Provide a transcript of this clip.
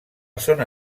zona